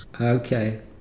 Okay